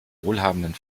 wohlhabenden